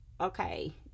Okay